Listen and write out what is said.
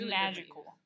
magical